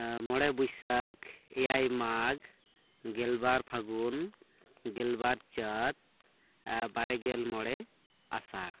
ᱢᱚᱬᱮ ᱵᱟᱹᱭᱥᱟᱹᱠᱷ ᱮᱭᱟᱭ ᱢᱟᱜᱽ ᱜᱮᱞᱵᱟᱨ ᱯᱷᱟᱹᱜᱩᱱ ᱜᱮᱞᱵᱟᱨ ᱪᱟᱹᱛ ᱵᱟᱨᱮ ᱜᱮᱞ ᱢᱚᱬᱮ ᱟᱥᱟᱲ